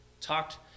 talked